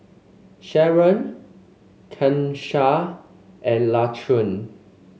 Sharron Kanesha and Laquan